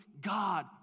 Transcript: God